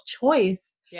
choice